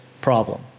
problem